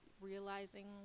realizing